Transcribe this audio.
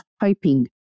hoping